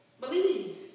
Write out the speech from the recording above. believe